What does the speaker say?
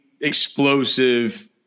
explosive